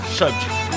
subject